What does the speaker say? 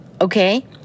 okay